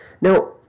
Now